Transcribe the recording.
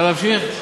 אפשר להמשיך?